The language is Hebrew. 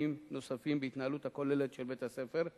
נוספים רבים בהתנהלות הכוללת של בית-הספר,